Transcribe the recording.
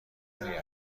نمی